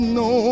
no